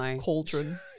cauldron